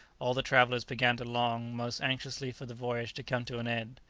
all the travellers began to long most anxiously for the voyage to come to an end.